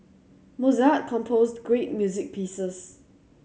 Mozart composed great music pieces